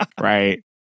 Right